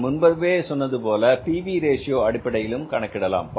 நான் முன்பே சொன்னது போல பி வி ரேஷியோ PV Ratioஅடிப்படையிலும் கணக்கிடலாம்